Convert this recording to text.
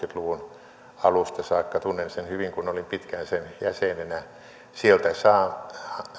luvun alusta saakka tunnen sen hyvin koska olin pitkään sen jäsenenä sieltä saa